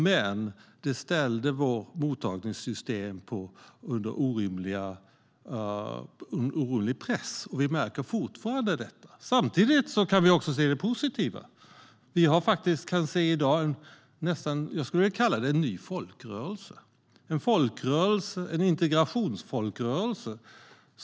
Men det ställde vårt mottagningssystem under orimlig press. Vi märker fortfarande detta. Samtidigt kan vi också se det positiva. Vi kan i dag se något som jag skulle vilja kalla en ny folkrörelse, en integrationsfolkrörelse.